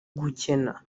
gukena